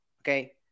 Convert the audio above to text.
okay